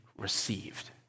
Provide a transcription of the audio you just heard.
Received